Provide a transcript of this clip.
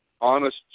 honest